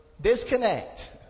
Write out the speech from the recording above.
Disconnect